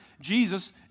Jesus